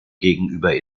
gegenüber